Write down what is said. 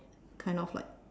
kind of like